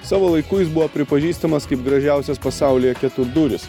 savo laiku jis buvo pripažįstamas kaip gražiausias pasaulyje keturduris